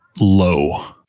low